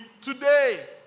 today